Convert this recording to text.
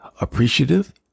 appreciative